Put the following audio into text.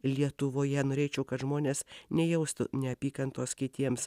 lietuvoje norėčiau kad žmonės nejaustų neapykantos kitiems